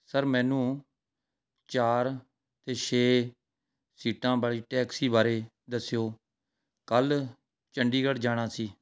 sir ਮੈਨੂੰ ਚਾਰ ਅਤੇ ਛੇ ਸੀਟਾਂ ਵਾਲੀ ਟੈਕਸੀ ਬਾਰੇ ਦੱਸਿਓ ਕੱਲ੍ਹ ਚੰਡੀਗੜ ਜਾਣਾ ਅਸੀਂ